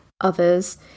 others